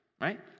right